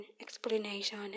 explanation